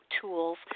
tools